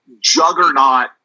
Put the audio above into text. juggernaut